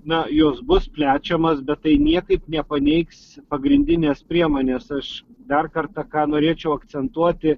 na jos bus plečiamas bet tai niekaip nepaneigs pagrindinės priemonės aš dar kartą ką norėčiau akcentuoti